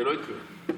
זה לא יקרה לעולם.